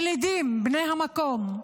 ילידים, בני המקום,